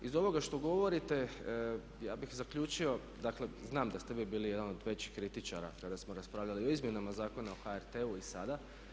Iz ovoga što govorite ja bih zaključio, dakle znam da ste uvijek bili jedan od većih kritičara kada smo raspravljali o izmjenama Zakona o HRT-u i sada.